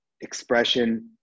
expression